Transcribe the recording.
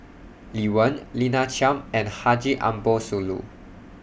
Lee Wen Lina Chiam and Haji Ambo Sooloh